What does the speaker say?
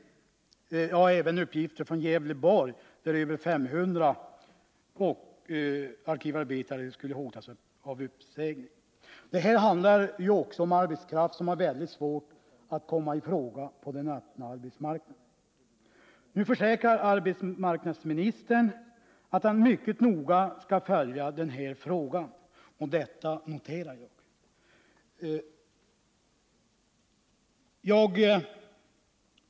Nu har vi även uppgifter från Gävleborgs län som säger att över 500 arkivarbetare skulle hotas av uppsägning. Det handlar här om arbetskraft som har mycket svårt att komma i fråga på den öppna arbetsmarknaden. Arbetsmarknadsministern försäkrar nu att han mycket noga skall följa denna fråga, och detta noterar jag.